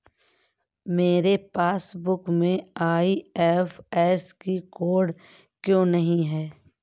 मेरे पासबुक में IFSC code क्यो नहीं है?